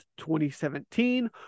2017